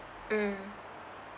mm